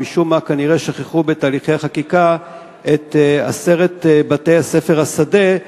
ומשום מה כנראה שכחו בתהליכי החקיקה את עשרת בתי-ספר שדה,